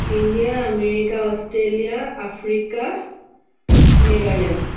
India America Australia Africa Netherlands